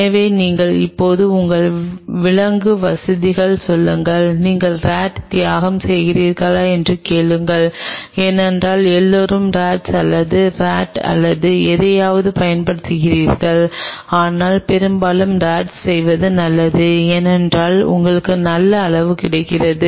எனவே நீங்கள் இப்போது உங்கள் விலங்கு வசதிக்குச் செல்லுங்கள் நீங்கள் ராட்ஸ் தியாகம் செய்கிறீர்களா என்று கேளுங்கள் ஏனென்றால் எல்லோரும் ராட்ஸ் அல்லது ராட்ஸ் அல்லது எதையாவது பயன்படுத்துகிறார்கள் ஆனால் பெரும்பாலும் ராட்ஸ் செய்வது நல்லது ஏனென்றால் உங்களுக்கு நல்ல அளவு கிடைக்கிறது